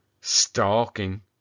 stalking